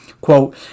Quote